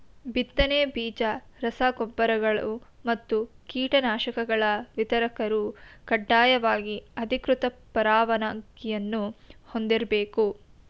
ಬಿತ್ತನೆ ಬೀಜ ರಸ ಗೊಬ್ಬರಗಳು ಮತ್ತು ಕೀಟನಾಶಕಗಳ ವಿತರಕರು ಕಡ್ಡಾಯವಾಗಿ ಅಧಿಕೃತ ಪರವಾನಗಿಯನ್ನೂ ಹೊಂದಿರ್ಬೇಕು